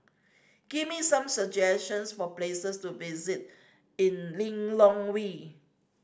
give me some suggestions for places to visit in Lilongwe